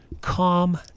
calm